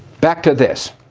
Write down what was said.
back to this.